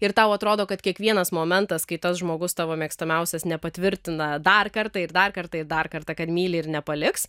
ir tau atrodo kad kiekvienas momentas kai tas žmogus tavo mėgstamiausias nepatvirtina dar kartą ir dar kartą dar kartą kad myli ir nepaliks